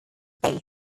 bay